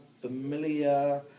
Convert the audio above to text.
familiar